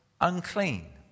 unclean